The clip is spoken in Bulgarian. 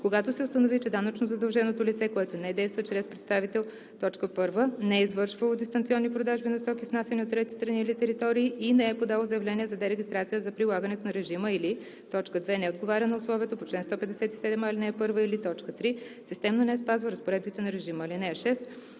когато се установи, че данъчно задълженото лице, което не действа чрез представител: 1. не е извършвало дистанционни продажби на стоки, внасяни от трети страни или територии, и не е подало заявление за дерегистрация за прилагането на режима, или 2. не отговаря на условията по чл. 157а, ал. 1, или 3. системно не спазва разпоредбите на режима. (6)